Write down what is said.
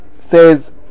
says